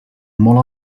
molt